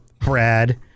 Brad